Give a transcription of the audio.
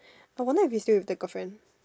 I wonder if he still with the girlfriend